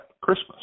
Christmas